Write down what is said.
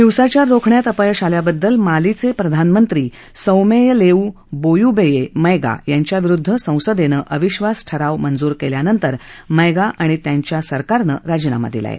हिंसाचार रोखण्यात अपयश आल्याबद्दल मालीचे प्रधानमंत्री सौमेयलेवू बोयूबेये मैगा यांच्याविरुद्ध संसदेनं अविधास ठराव मंजूर केल्यानंतर मैगा आणि त्यांच्या सरकारनं राजीनामा दिला आहे